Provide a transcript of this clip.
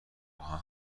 آهن